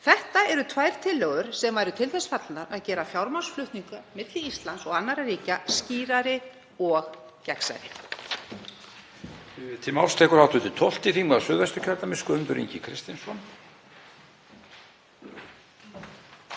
Þetta eru tvær tillögur sem væru til þess fallnar að gera fjármagnsflutninga milli Íslands og annarra ríkja skýrari og gegnsærri.